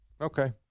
Okay